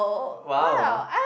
!wow!